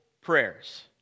prayers